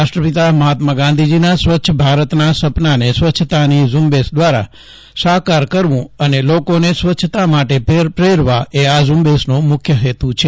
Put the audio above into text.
રાષ્ટ્રપિતા મહાત્મા ગાંધીજીના સ્વચ્છ ભારતના સપનાને સ્વચ્છતાની ઝુંબેશ દ્વારા સાકાર કરવું અને લોકોને સ્વચ્છતા માટે પ્રેરવા એ આ ઝુંબેશનો મુખ્ય હેતુ છે